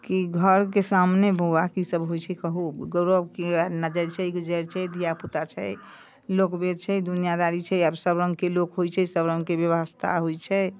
कि घरके सामने बौआ कि सब होइ छै कहू कि ग्रहके वएह नजरि छै कि गुजर छै धिआपुता छै लोकवेद छै दुनिआदारी छै आब सबरङ्गके लोक होइ छै सबरङ्गके बेबस्था होइ छै